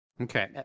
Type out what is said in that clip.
Okay